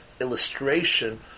illustration